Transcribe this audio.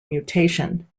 mutation